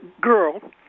girl